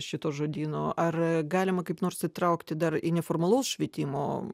šituo žodynu ar galima kaip nors įtraukti dar į neformalaus švietimo